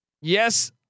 Yes